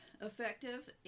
effective